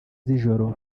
z’ijoro